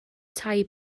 tai